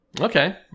Okay